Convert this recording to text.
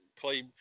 play